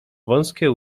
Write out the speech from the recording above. wąskie